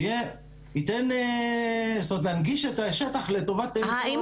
כדי להנגיש את השטח לטובת שירותי רווחה --- האם